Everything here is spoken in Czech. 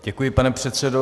Děkuji, pane předsedo.